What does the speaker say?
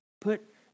Put